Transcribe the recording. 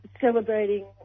Celebrating